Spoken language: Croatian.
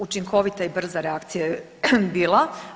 Učinkovita i brza reakcija je bila.